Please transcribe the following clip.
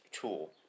tool